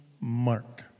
mark